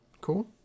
cool